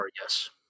yes